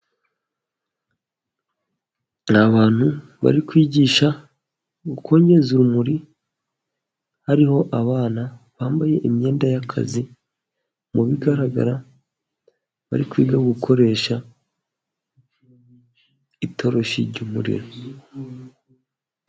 Ni abantu bari kwigisha gukongeza urumuri, hariho abana bambaye imyenda y'akazi mu bigaragara bari kwiga gukoresha itoroshi y'umuriro.